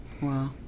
Wow